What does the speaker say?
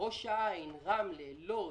ראש העין, רמלה, לוד,